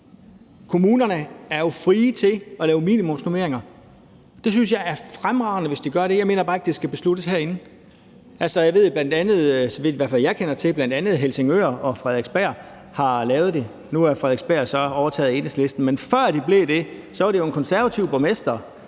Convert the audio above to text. kommunerne frit for at lave minimumsnormeringer. Jeg synes, det er fremragende, hvis de gør det, men jeg mener bare ikke, det skal besluttes herinde. Altså, så vidt jeg ved, har bl.a. Helsingør og Frederiksberg gjort det. Nu er Frederiksberg så overtaget af Enhedslisten, men før de blev det, var det jo en konservativ borgmester,